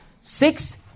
Six